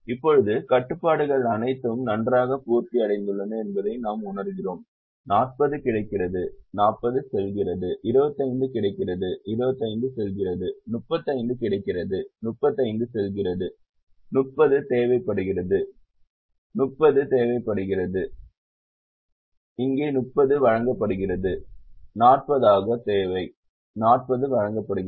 இப்போது கட்டுப்பாடுகள் அனைத்தும் நன்றாக பூர்த்தி அடைந்துள்ளன என்பதையும் நாம் உணர்கிறோம் 40 கிடைக்கிறது 40 செல்கிறது 25 கிடைக்கிறது 25 செல்கிறது 35 கிடைக்கிறது 35 செல்கிறது 30 தேவைப்படுகிறது 30 தேவைப்படுகிறது 30 தேவைப்படுகிறது 30 வழங்கப்படுகிறது 40 ஆகும் தேவை 40 வழங்கப்படுகிறது